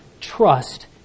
trust